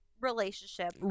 relationship